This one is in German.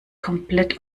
komplett